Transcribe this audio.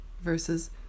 versus